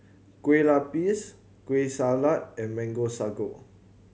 Kueh Lapis Kueh Salat and Mango Sago